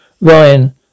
Ryan